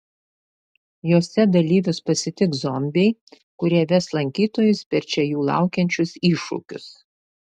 jose dalyvius pasitiks zombiai kurie ves lankytojus per čia jų laukiančius iššūkius